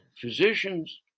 physicians